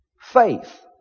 faith